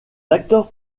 acteurs